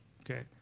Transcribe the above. okay